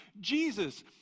Jesus